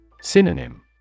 Synonym